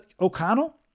o'connell